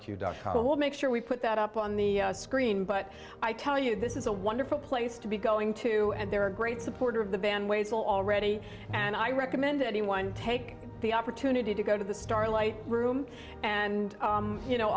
we'll make sure we put that up on the screen but i tell you this is a wonderful place to be going to and there are a great supporter of the band ways will already and i recommend anyone take the opportunity to go to the starlight room and you know